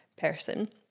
person